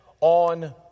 on